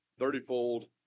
thirtyfold